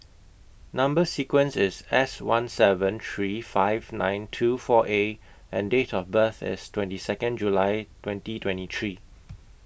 Number sequence IS S one seven three five nine two four A and Date of birth IS twenty Second July twenty twenty three